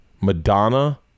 Madonna